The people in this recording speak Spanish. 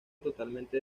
totalmente